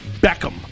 Beckham